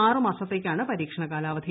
ആറ് മാസത്തേക്കാണ് പരീക്ഷണ കാലാവധി